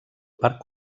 parc